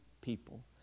people